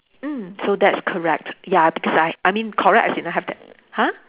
mm so that's correct ya because I I mean correct as in I have that !huh!